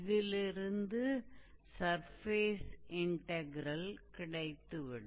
இதிலிருந்து surface integral கிடைத்து விடும்